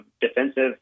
defensive